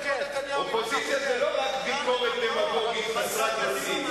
אופוזיציה זה לא רק ביקורת דמגוגית חסרת בסיס.